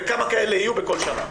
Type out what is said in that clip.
וכמה כאלה יהיו בכל שנה.